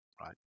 right